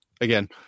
Again